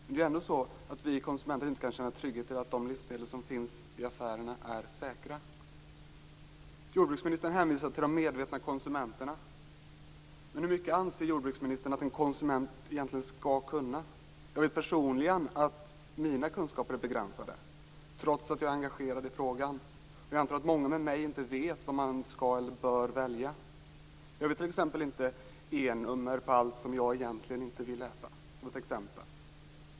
Men vi konsumenter kan ändå inte känna trygghet i att de livsmedel som finns i affärerna är säkra. Jordbruksministern hänvisar till de medvetna konsumenterna. Men hur mycket anser jordbruksministern att en konsument egentligen skall kunna? Personligen vet jag att mina kunskaper är begränsade, trots att jag är engagerad i frågan. Jag antar att många med mig inte vet vad man skall eller bör välja. Jag vet t.ex. inte E-nummer på allt som jag egentligen inte vill äta.